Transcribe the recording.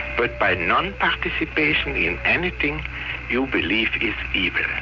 but by nonparticipation in anything you believe is